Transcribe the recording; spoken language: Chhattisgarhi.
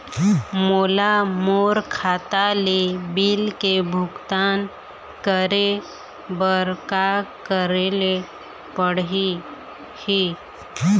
मोला मोर खाता ले बिल के भुगतान करे बर का करेले पड़ही ही?